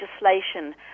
legislation